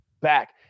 back